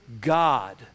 God